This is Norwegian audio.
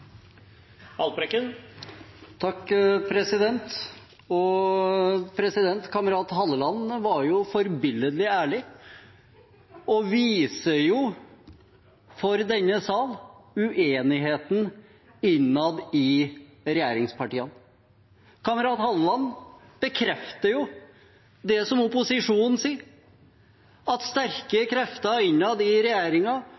Kamerat Halleland var forbilledlig ærlig og viser for denne sal uenigheten innad i regjeringspartiene. Kamerat Halleland bekrefter jo det som opposisjonen sier, at